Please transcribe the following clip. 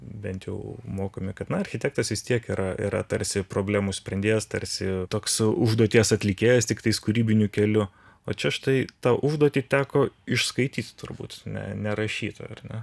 bent jau mokomi kad na architektas vis tiek yra yra tarsi problemų sprendėjas tarsi toks užduoties atlikėjas tiktais kūrybiniu keliu o čia štai tą užduotį teko išskaityt turbūt ne nerašyt ar ne